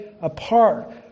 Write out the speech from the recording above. apart